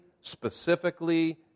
specifically